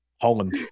Holland